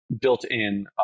built-in